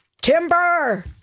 timber